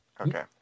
Okay